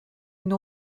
une